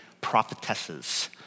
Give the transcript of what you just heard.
prophetesses